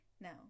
Now